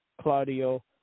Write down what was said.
Claudio